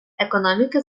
економіки